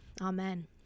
Amen